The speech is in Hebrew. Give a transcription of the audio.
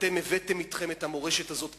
אתם הבאתם את המורשת הזאת לארץ,